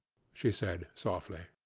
she said, softly.